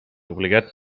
obligat